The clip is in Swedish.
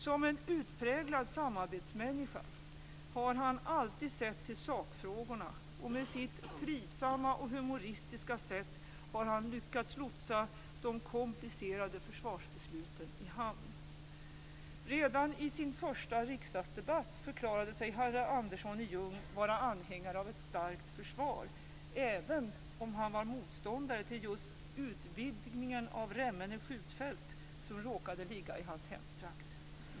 Som en utpräglad samarbetsmänniska har han alltid sett till sakfrågorna, och med sitt trivsamma och humoristiska sätt har han lyckats lotsa de komplicerade försvarsbesluten i hamn. Redan i sin första riksdagsdebatt förklarade sig herr Andersson i Ljung vara anhängare av ett starkt försvar, även om han var motståndare till just utvidgningen av Remmene skjutfält som råkade ligga i hans hemtrakt.